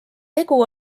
tegu